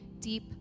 deep